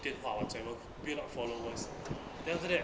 电话 whatever build up followers then after that